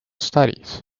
studies